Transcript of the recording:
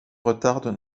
retardent